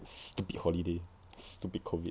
stupid holiday stupid COVID